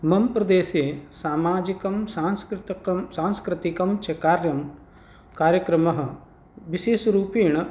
मम् प्रदेशे सामाजिकं सांस्कृतिकं सांस्कृतिकं च कार्यं कार्यक्रमः विशेषरूपेण